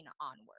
onward